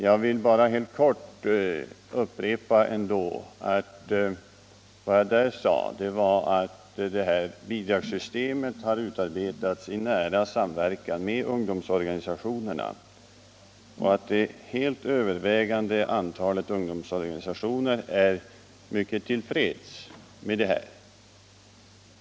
Jag vill ändå helt kortfattat upprepa vad jag då sade om att bidragssystemet har utarbetats i nära samverkan med ungdomsorganisationerna och att det helt övervägande antalet ungdomsorganisationer är mycket till freds med det.